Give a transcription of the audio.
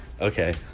okay